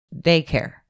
daycare